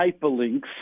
hyperlinks